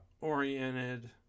oriented